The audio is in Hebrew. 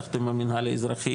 יחד עם המינהל האזרחי,